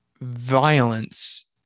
violence